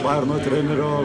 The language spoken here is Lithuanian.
bajerno trenerio